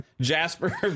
Jasper